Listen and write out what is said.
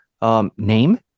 name